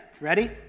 ready